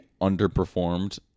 underperformed